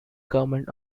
government